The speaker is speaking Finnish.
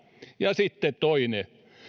ja sitten toinen